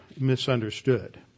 misunderstood